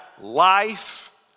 life